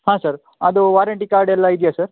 ಹಾಂ ಸರ್ ಅದು warranty card ಎಲ್ಲ ಇದೆಯಾ ಸರ್